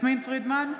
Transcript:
יסמין פרידמן,